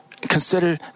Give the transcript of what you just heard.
consider